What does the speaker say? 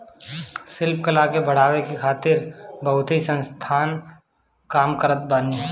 शिल्प कला के बढ़ावे खातिर भी बहुते संस्थान काम करत बाने